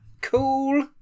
Cool